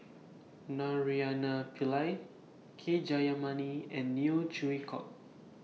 Naraina Pillai K Jayamani and Neo Chwee Kok